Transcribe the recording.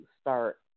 start